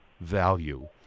value